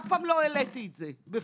אף פעם לא העליתי את זה בפומבי.